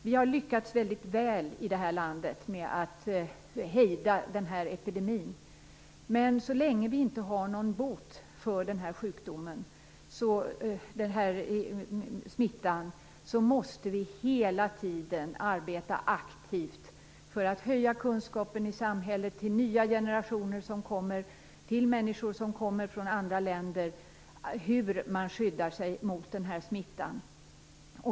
Vi har lyckats väldigt väl i det här landet med att hejda denna epidemi. Men så länge det inte finns någon bot för sjukdomen och smittan måste vi hela tiden arbeta aktivt för att höja kunskapen i samhället hos nya generationer som kommer och hos människor som kommer från andra länder om hur man skyddar sig mot smittan.